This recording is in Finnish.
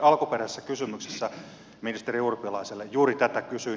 alkuperäisessä kysymyksessä ministeri urpilaiselle juuri tätä kysyin